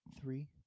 Three